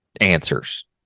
answers